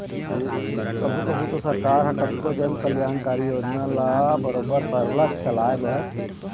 कभू कभू तो सरकार ह कतको जनकल्यानकारी योजना ल बरोबर सरलग चलाए बर